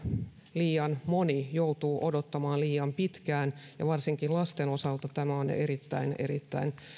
liian moni joutuu odottamaan liian pitkään ja varsinkin lasten osalta tämä on erittäin erittäin